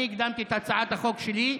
אני הקדמתי את הצעת החוק שלי,